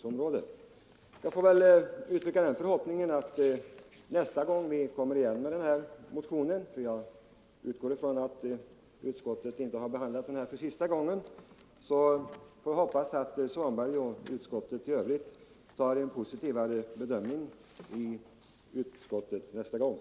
ningen för arbets Jag får väl uttrycka den förhoppningen att utskottet har en positivare — kläder m.m. bedömning nästa gång vi väcker en likadan motion — för jag utgår från att utskottet inte har behandlat den här frågan för sista gången.